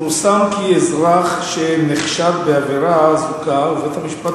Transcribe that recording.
פורסם כי אזרח שנחשד בעבירה וזוכה ובית-המשפט